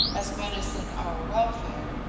as menacing our welfare,